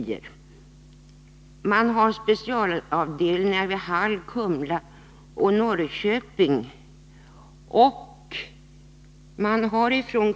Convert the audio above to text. Det finns specialavdelningar för detta ändamål vid Hall, Kumla och Norrköping.